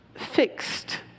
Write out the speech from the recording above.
fixed